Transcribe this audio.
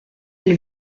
elle